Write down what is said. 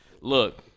look